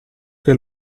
che